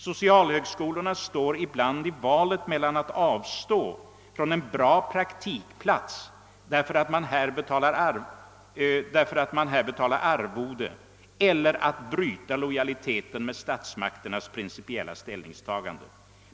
Socialhögskolorna står ibland i valet mellan att avstå från en bra praktikplats därför att man här betalar arvode eller att bryta lojaliteten med statsmakternas principiella ställningstagande.